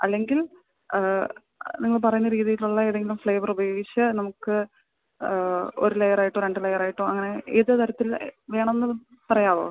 അല്ലെങ്കിൽ നിങ്ങൾ പറയുന്ന രീതിയിലുള്ള ഏതെങ്കിലും ഫ്ലേവറുപയോഗിച്ച് നമുക്ക് ഒരു ലെയറായിട്ടോ രണ്ട് ലെയറായിട്ടോ അങ്ങനെ ഏത് തരത്തിൽ വേണമെന്ന് പറയാമോ